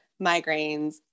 migraines